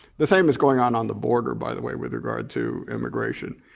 the same is going on on the border, by the way with regard to immigration.